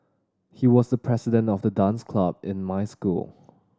he was the president of the dance club in my school